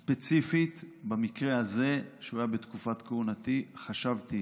ספציפית, במקרה הזה, שהיה בתקופת כהונתי, חשבתי